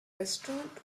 restaurant